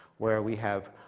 where we have